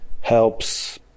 helps